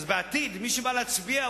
אז בעתיד מי שבא להצביע,